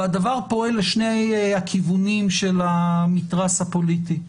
והדבר פועל לשני הכיוונים של המתרס הפוליטי.